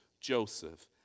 Joseph